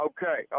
Okay